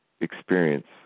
experience